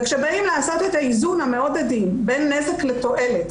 וכשבאים לעשות את האיזון המאוד עדין בין נזק לתועלת,